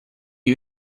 you